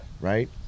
Right